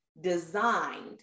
designed